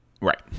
Right